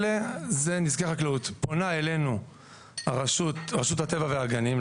פונה אלינו רשות הטבע והגנים,